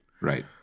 Right